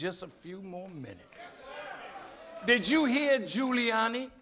just a few more minutes did you hear giuliani